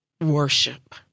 Worship